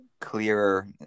clearer